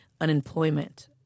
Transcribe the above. unemployment